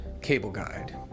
cableguide